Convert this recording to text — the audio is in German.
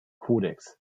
kodex